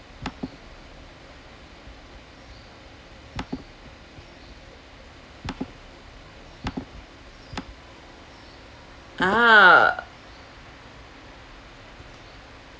ah